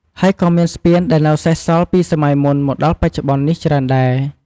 ហើយក៏មានស្ពានដែលនៅសេសសល់ពីសម័យមុនមកដល់បច្ចុប្បន្ននេះច្រើនដែរ។